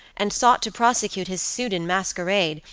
and sought to prosecute his suit in masquerade,